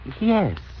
yes